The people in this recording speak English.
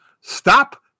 stop